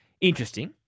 Interesting